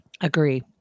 agree